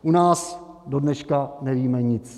U nás dodneška nevíme nic.